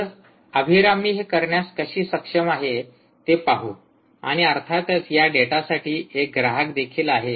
तर अभिरामी हे करण्यास कशी सक्षम आहे ते पाहू आणि अर्थातच या डेटासाठी एक ग्राहक देखील आहे